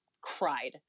cried